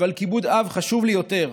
אבל כיבוד אב חשוב לי יותר.